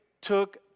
took